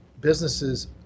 businesses